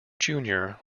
junior